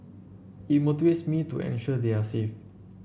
it motivates me to ensure they are safe